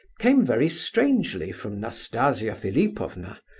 came very strangely from nastasia philipovna.